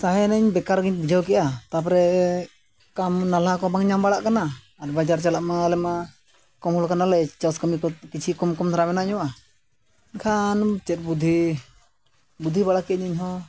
ᱛᱟᱦᱮᱭᱮᱱᱟᱹᱧ ᱵᱮᱠᱟᱨ ᱜᱤᱧ ᱵᱩᱡᱷᱟᱹᱣ ᱠᱮᱜᱼᱟ ᱛᱟᱯᱚᱨᱮ ᱠᱟᱹᱢᱤ ᱱᱟᱞᱦᱟ ᱠᱚᱦᱚᱸ ᱵᱟᱝ ᱧᱟᱢ ᱵᱟᱲᱟᱜ ᱠᱟᱱᱟ ᱟᱨ ᱵᱟᱡᱟᱨ ᱪᱟᱞᱟᱜ ᱢᱟ ᱟᱞᱮ ᱢᱟ ᱠᱚᱢ ᱠᱟᱱᱟᱞᱮ ᱪᱟᱥ ᱠᱟᱹᱢᱤ ᱠᱚ ᱠᱤᱪᱷᱩ ᱠᱚᱢ ᱠᱚᱢ ᱫᱷᱟᱨᱟ ᱢᱮᱱᱟᱜ ᱧᱚᱜᱼᱟ ᱮᱱᱠᱷᱟᱱ ᱪᱮᱫ ᱵᱩᱫᱷᱤ ᱵᱩᱫᱷᱤ ᱵᱟᱲᱟ ᱠᱮᱜ ᱟᱹᱧ ᱤᱧ ᱦᱚᱸ